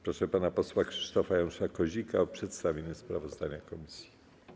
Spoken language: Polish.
Proszę pana posła Krzysztofa Janusza Kozika o przedstawienie sprawozdania komisji.